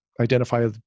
identify